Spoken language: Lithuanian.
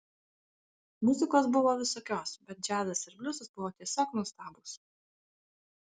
muzikos buvo visokios bet džiazas ir bliuzas buvo tiesiog nuostabūs